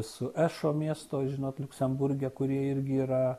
su ešo miesto žinot liuksemburge kurie irgi yra